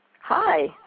Hi